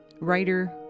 writer